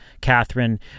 Catherine